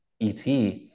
et